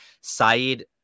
Saeed